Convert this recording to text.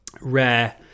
rare